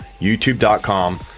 youtube.com